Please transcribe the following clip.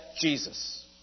Jesus